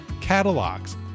catalogs